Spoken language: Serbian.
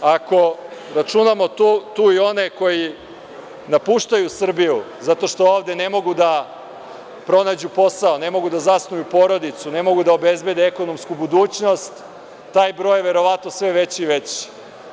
Ako računamo tu i one koji napuštaju Srbiju zato što ovde ne mogu da pronađu posao, ne mogu da zasnuju porodicu, ne mogu da obezbede ekonomsku budućnost, taj broj je verovatno sve veći i veći.